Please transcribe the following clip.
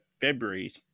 February